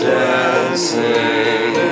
dancing